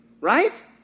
Right